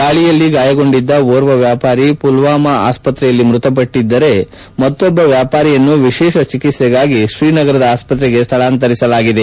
ದಾಳಿಯಲ್ಲಿ ಗಾಯಗೊಂಡಿದ್ದ ಒರ್ವ ವ್ಯಾಪಾರಿ ಪುಲ್ವಾಮಾ ಅಸ್ಪತ್ರೆಯಲ್ಲಿ ಮೃತಪಟ್ಟಿದ್ದರೆ ಮತ್ತೊಬ್ಬ ವ್ಯಾಪಾರಿಯನ್ನು ವಿಶೇಷ ಚಿಕಿತ್ಸೆಗಾಗಿ ಶ್ರೀನಗರದ ಆಸ್ಪತ್ರೆಗೆ ಸ್ಥಳಾಂತರಿಸಲಾಗಿದೆ